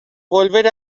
volver